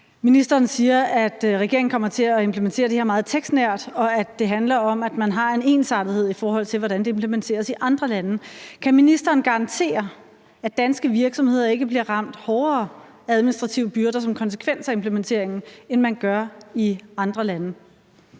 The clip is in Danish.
Ministeren siger, at regeringen kommer til at implementere det her meget tekstnært, og at det handler om, at man har en ensartethed, i forhold til hvordan det implementeres i andre lande. Kan ministeren garantere, at danske virksomheder ikke bliver ramt hårdere af administrative byrder som en konsekvens af implementeringen, end man gør i andre lande?